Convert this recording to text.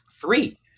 Three